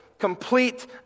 Complete